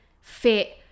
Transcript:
fit